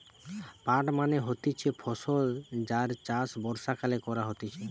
পাট মানে হতিছে ফসল যার চাষ বর্ষাকালে করা হতিছে